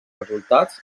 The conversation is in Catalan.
resultats